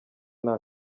nta